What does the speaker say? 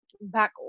Back